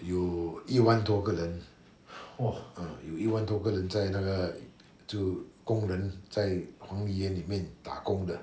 有一万多个人 uh 有一万多个人在那个就工人在黄梨园里面打工的